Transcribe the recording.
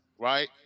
right